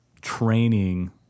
training